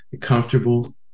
comfortable